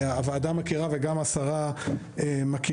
הוועדה מכירה אותו וגם השרה מכירה.